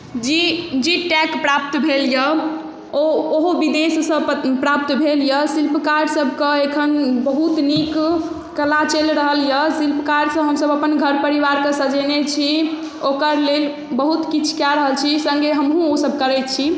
जी जी टैग प्राप्त भेल यए ओ ओहो विदेशसँ प्राप्त भेल यए शिल्पकार सभके एखन बहुत नीक कला चलि रहल यए शिल्पकारसँ हमसभ अपन घर परिवारकेँ सजेने छी ओकरा लेल बहुत किछु कए रहल छी सङ्गे हमहूँ ओसभ करैत छी